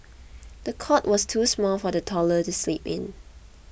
the cot was too small for the toddler to sleep in